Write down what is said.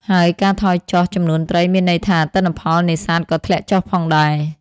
ហើយការថយចុះចំនួនត្រីមានន័យថាទិន្នផលនេសាទក៏ធ្លាក់ចុះផងដែរ។